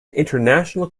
international